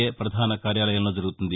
ఏ ప్రధాన కార్యాలయంలో జరుగుతుంది